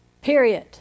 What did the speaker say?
Period